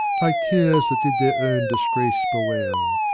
like tears that did their own disgrace bewail.